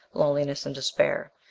loneliness and despair.